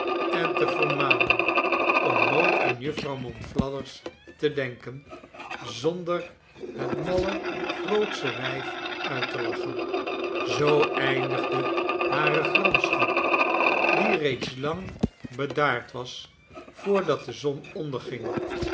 en te vermanen om nooit aan jufvrouw monflathers te denken zonder het malle grootsche wijf uit te lachen zoo eindigde hare gramschap die reeds lang bedaard was voordat de zon onderging